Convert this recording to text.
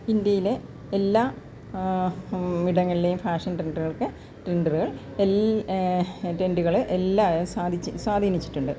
ഇന്ത്യയിൽ എല്ലാ ഇടങ്ങളിലേയും ഫാഷൻ ട്രെൻഡ്കൾക്ക് ട്രെൻഡ്കൾ ട്രെൻഡ്കള് എല്ലാ സാധിച്ച് സ്വാധീനിച്ചിട്ടുണ്ട്